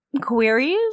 Queries